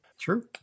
True